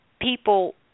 people